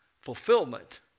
fulfillment